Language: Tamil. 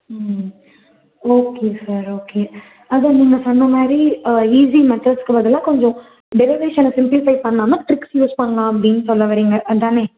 ம் ஓகே சார் ஓகே அதான் நீங்கள் சொன்னமாதிரி ஈஸி மெத்தட்ஸ்க்கு பதிலாக கொஞ்சம் டெரிவேஷனை சிம்ப்ளிஃபை பண்ணாம ட்ரிக்ஸ் யூஸ் பண்ணலாம் அப்படின்னு சொல்ல வரீங்க அதானே